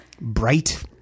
Bright